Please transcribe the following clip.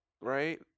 right